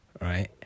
right